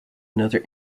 another